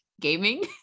gaming